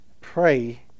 pray